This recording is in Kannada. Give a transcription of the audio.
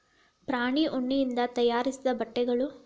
ಪ್ರಾಣಿ ಉಣ್ಣಿಯಿಂದ ತಯಾರಿಸಿದ ಬಟ್ಟೆಗಳು